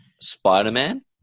Spider-Man